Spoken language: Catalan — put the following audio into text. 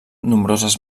nombroses